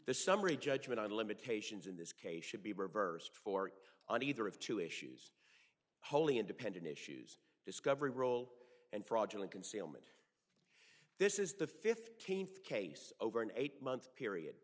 the summary judgment on the limitations in this case should be reversed for on either of two issues wholly independent issues discovery roll and fraudulent concealment this is the fifteenth case over an eight month period